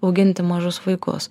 auginti mažus vaikus